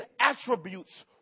attributes